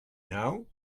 now